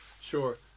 sure